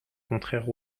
contraire